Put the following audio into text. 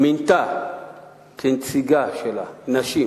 שמינתה כנציגות שלה נשים